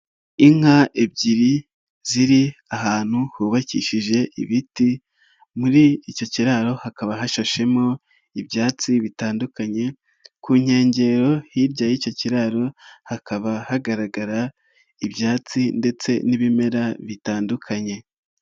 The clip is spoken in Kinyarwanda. Inka ebyiri ziri ahantu hubakishije ibiti muri icyo kiraro hakaba hashashemo ibyatsi bitandukanye ku nkengero hirya y'icyo kiraro hakaba hagaragara ibyatsi ndetse n'ibimera bitandukanye.